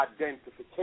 identification